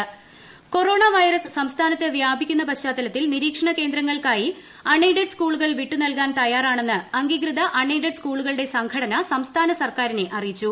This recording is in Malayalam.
അൺ എയ്ഡഡ് സ്കൂൾ എ കൊറോണ വൈറസ് സംസ്്ഥാനത്ത് വ്യാപിക്കുന്ന പശ്ചാത്തലത്തിൽ നിരീക്ഷണ കേന്ദ്രങ്ങൾക്കായി അൺ എയ്ഡഡ് സ്കൂളുകൾ വിട്ടുനൽകാൻ തയ്യാറാണെന്ന് അംഗീകൃത അൺ എയ്ഡഡ് സ്കൂളുകളുടെ സംഘടന സംസ്ഥാന സർക്കാരിനെ അറിയിച്ചു